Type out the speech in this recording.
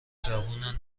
جوونن